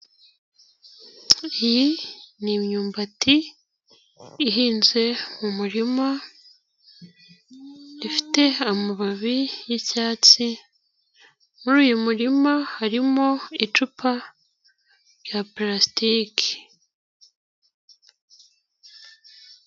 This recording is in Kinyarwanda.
Iyi ni imyumbati ihinze mu murima ifite amababi y'icyatsi muri uyu murima harimo icupa rya purasitike.